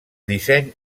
disseny